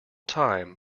time